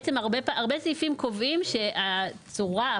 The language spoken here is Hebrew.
הרבה סעיפים קובעים שהצורה,